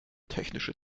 technische